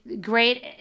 great